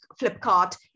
Flipkart